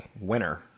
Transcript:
winner